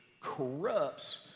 corrupts